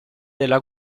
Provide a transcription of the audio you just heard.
della